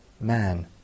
man